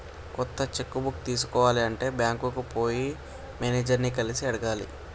కొత్త cheque book తీసుకోవాలి అంటే బ్యాంకుకు పోయి మేనేజర్ ని కలిసి అడగాలి